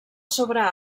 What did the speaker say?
sobre